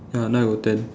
ya now I got ten